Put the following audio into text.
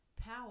power